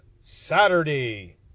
saturday